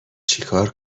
چیکار